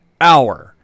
Hour